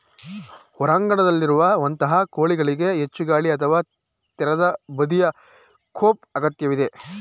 ಹೊರಾಂಗಣದಲ್ಲಿರುವಂತಹ ಕೋಳಿಗಳಿಗೆ ಹೆಚ್ಚು ಗಾಳಿ ಅಥವಾ ತೆರೆದ ಬದಿಯ ಕೋಪ್ ಅಗತ್ಯವಿದೆ